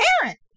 parent